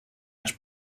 much